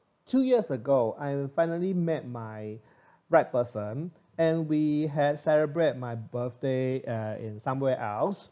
two years ago I finally met my right person and we had celebrate my birthday at in somewhere else